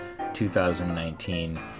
2019